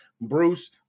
Bruce